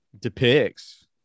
depicts